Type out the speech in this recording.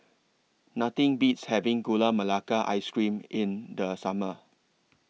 Nothing Beats having Gula Melaka Ice Cream in The Summer